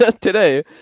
today